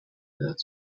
wird